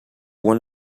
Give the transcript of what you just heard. won